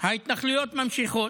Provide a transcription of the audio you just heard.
ההתנחלויות נמשכות,